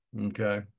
okay